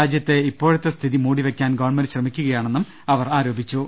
രാജ്യത്തെ ഇപ്പോഴത്തെ സ്ഥിതി മൂടിവെക്കാൻ ഗവൺമെന്റ് ശ്രമിക്കുകയാണെന്നും അവർ ആരോ പിച്ചു